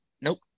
Nope